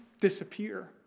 Disappear